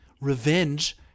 revenge